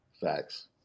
Facts